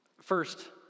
First